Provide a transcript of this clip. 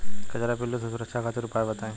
कजरा पिल्लू से सुरक्षा खातिर उपाय बताई?